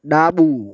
ડાબું